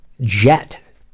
jet